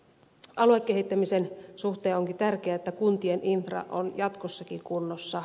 aluekehittämisen suhteen onkin tärkeää että kuntien infra on jatkossakin kunnossa